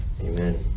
amen